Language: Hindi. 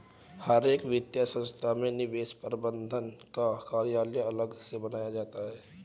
हर एक वित्तीय संस्था में निवेश प्रबन्धन का कार्यालय अलग से बनाया जाता है